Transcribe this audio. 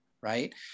right